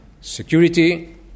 Security